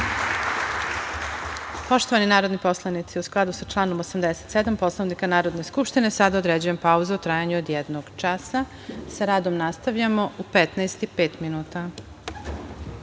Poštovani narodni poslanici, u skladu sa članom 87. Poslovnika Narodne skupštine, sada određujem pauzu od trajanja od jednog časa. Sa radom nastavljamo u 15.05